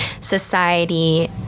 society